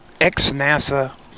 ex-NASA